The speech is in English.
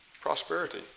Prosperity